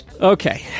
Okay